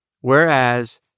Whereas